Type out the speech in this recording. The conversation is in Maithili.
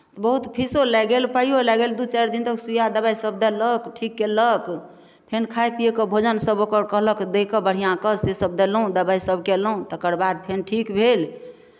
बहुत फीसो लागि गेल पाइयो लागि गेल दू चारि दिनतक सुइया दबाइसभ देलक ठीक कयलक फेर खाय पियैके भोजनसभ ओकर कहलक दै कऽ बढ़िआँ कऽ सेसभ देलहुँ दबाइसभ कयलहुँ तकर बाद फेर ठीक भेल